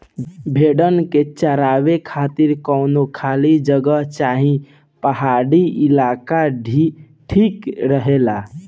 भेड़न के चरावे खातिर कवनो खाली जगह चाहे पहाड़ी इलाका ठीक रहेला